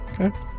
Okay